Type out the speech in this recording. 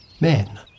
Men